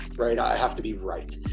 right. i have to be right.